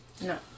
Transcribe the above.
No